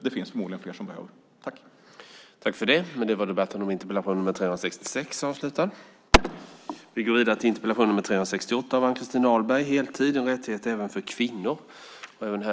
Det finns förmodligen fler som behöver det.